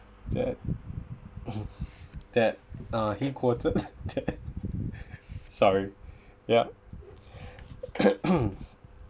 that that uh he quoted sorry yup